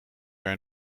jaar